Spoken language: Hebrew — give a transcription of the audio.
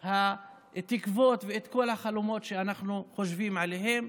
התקוות ואת כל החלומות שאנחנו חושבים עליהם,